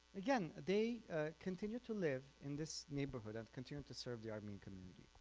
again they continue to live in this neighborhood and continued to serve the armenian community.